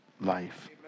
life